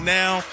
now